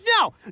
no